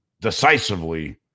decisively